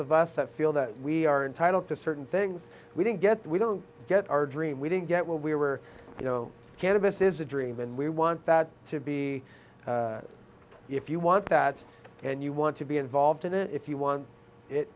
of us that feel that we are entitled to certain things we didn't get that we don't get our dream we didn't get where we were you know cannabis is a dream and we want that to be if you want that and you want to be involved in it if you want it